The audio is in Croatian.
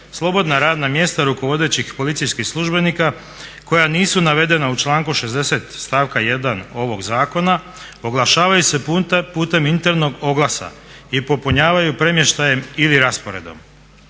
"Slobodna radna mjesta rukovodećih policijskih službenika koja nisu navedena u članku 60. stavka 1. ovog zakona oglašavaju se putem internog oglasa i popunjavaju premještajem ili rasporedom."